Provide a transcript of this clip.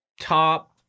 top